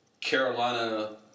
Carolina